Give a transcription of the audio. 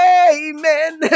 amen